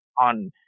on